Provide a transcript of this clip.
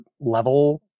level